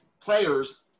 players